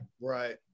Right